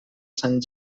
sant